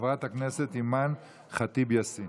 חברת הכנסת אימאן ח'טיב יאסין.